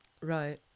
right